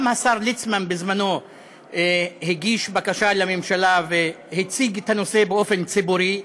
גם השר ליצמן בזמנו הגיש בקשה לממשלה והציג את הנושא באופן ציבורי,